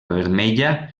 vermella